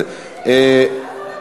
מה זה הדבר הזה?